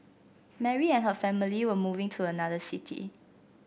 Mary and her family were moving to another city